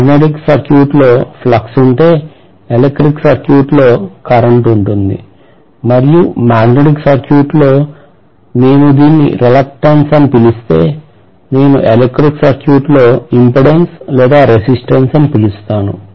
magnetic సర్క్యూట్లో flux ఉంటే electric circuit లో కరెంట్ ఉంటుంది మరియు మాగ్నెటిక్ సర్క్యూట్లో నేను దీన్ని reluctance అని పిలుస్తే నేను ఎలక్ట్రిక్ సర్క్యూట్లో ఇంపెడెన్స్ లేదా రెసిస్టెన్స్ అని పిలుస్తాను